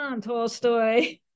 Tolstoy